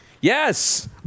Yes